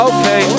Okay